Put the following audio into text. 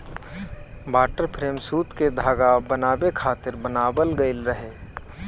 water frame सूत के धागा बनावे खातिर बनावल गइल रहे